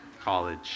College